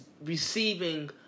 receiving